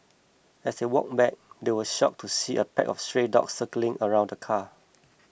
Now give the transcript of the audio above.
as they walked back they were shocked to see a pack of stray dogs circling around the car